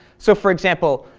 so for example,